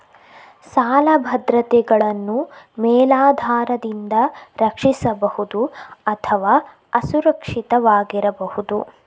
ಸಾಲ ಭದ್ರತೆಗಳನ್ನು ಮೇಲಾಧಾರದಿಂದ ರಕ್ಷಿಸಬಹುದು ಅಥವಾ ಅಸುರಕ್ಷಿತವಾಗಿರಬಹುದು